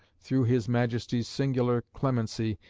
through his majesty's singular clemency,